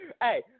Hey